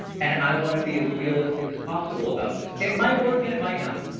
and i wanna be as realistic as possible about this. it might work and it might not.